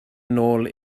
nôl